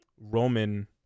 Roman